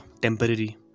Temporary